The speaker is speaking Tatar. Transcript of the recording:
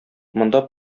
монда